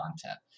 content